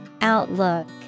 Outlook